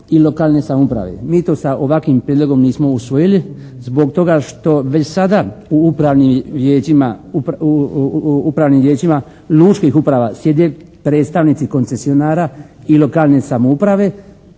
i lokalne samouprave. Mi to sa ovakvim Prijedlogom usvojili zbog toga što već sada u upravnim vijećima lučkih uprava sjede predstavnici koncesionara i lokalne samouprave.